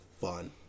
fun